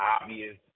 obvious